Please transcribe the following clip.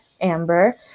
Amber